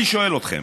אני שואל אתכם: